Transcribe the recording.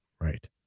Right